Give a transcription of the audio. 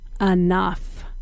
enough